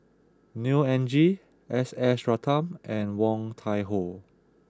Neo Anngee S S Ratnam and Woon Tai Ho